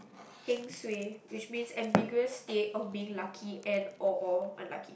heng suay which means ambiguous state of being lucky and or or unlucky